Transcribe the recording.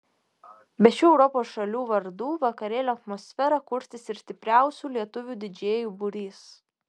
be šių europos šalių vardų vakarėlio atmosferą kurstys ir stipriausių lietuvių didžėjų būrys